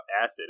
acid